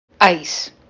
Ice